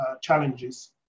challenges